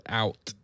out